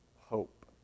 hope